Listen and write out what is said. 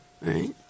Right